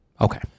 okay